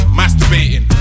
masturbating